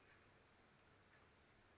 uh